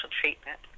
treatment